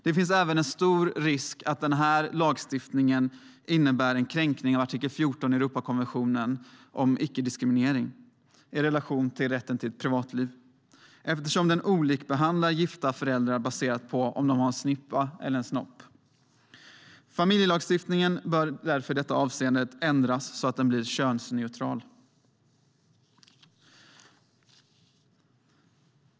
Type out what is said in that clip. Det finns även en stor risk att lagstiftningen innebär en kränkning av artikel 14 i Europakonventionen om icke-diskriminering i relation till rätten till ett privatliv eftersom den olikbehandlar gifta föräldrar baserat på om de har en snippa eller en snopp. Familjelagstiftningen bör därför i detta avseende genast ändras så att den blir könsneutral.